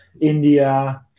India